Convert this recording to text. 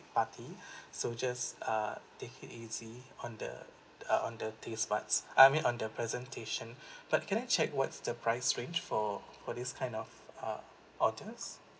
party so just uh take it easy on the uh on the taste buds I mean on the presentation but can I check what's the price range for for this kind of uh orders